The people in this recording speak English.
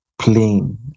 plain